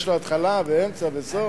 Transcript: יש לו התחלה ואמצע וסוף.